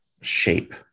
shape